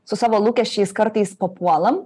su savo lūkesčiais kartais papuolam